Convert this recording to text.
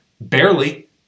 Barely